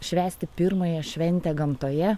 švęsti pirmąją šventę gamtoje